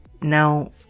now